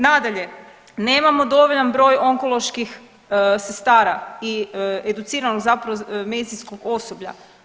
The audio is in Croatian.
Nadalje, nemamo dovoljan broj onkoloških sestara i educiranog zapravo medicinskog osoblja.